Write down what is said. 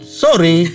sorry